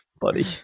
buddy